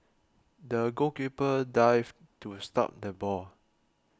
the goalkeeper dived to stop the ball